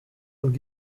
und